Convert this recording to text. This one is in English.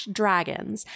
dragons